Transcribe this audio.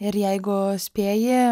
ir jeigu spėji